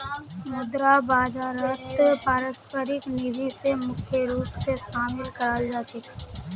मुद्रा बाजारत पारस्परिक निधि स मुख्य रूप स शामिल कराल जा छेक